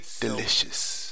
delicious